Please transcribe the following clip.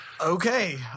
okay